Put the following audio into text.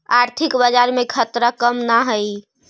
आर्थिक बाजार में खतरा कम न हाई